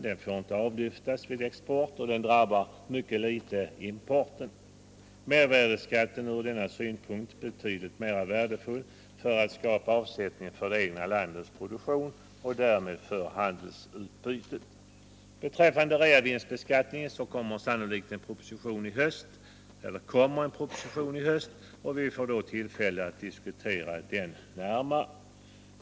Den får inte avlyftas vid export, och den drabbar importen föga. Mervärdeskatten är ur denna synpunkt betydligt mer värdefull för att skapa avsättning för det egna landets produktion och därmed för handelsutbytet. Beträffande realisationsvinstbeskattningen kommer en proposition i höst, och vi får då tillfälle att diskutera den närmare.